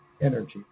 energy